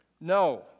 No